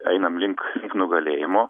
einam link nugalėjimo